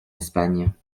espagne